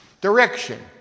direction